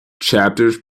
chapters